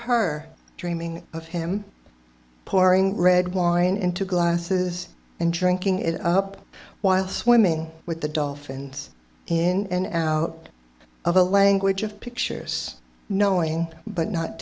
her dreaming of him pouring red wine into glasses and drinking it up while swimming with the dolphins in and out of a language of pictures knowing but not